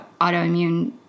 autoimmune